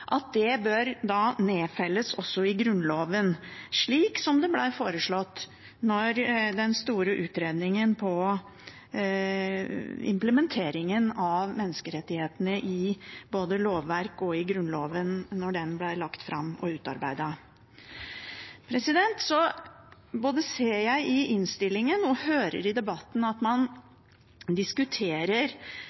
at det bør nedfelles også i Grunnloven, slik som det ble foreslått da den store utredningen om implementeringen av menneskerettighetene både i lovverk og i Grunnloven ble lagt fram og utarbeidet. Så både ser jeg i innstillingen og hører i debatten at man diskuterer